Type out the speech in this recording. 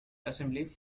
assembly